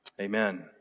Amen